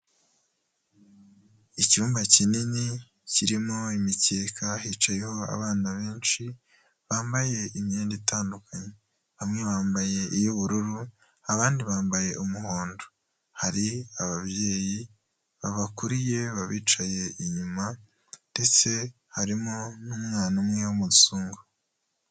Icyumba kinini kirimo imikeka, hicayeho abana benshi, bambaye imyenda itandukanye, bamwe bambaye iy'ubururu, abandi bambaye umuhondo, hari ababyeyi babakuriye babicaye inyuma ndetse harimo n'umwana umwe w'umuzungu.